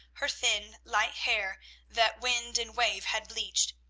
her thin, light hair that wind and wave had bleached,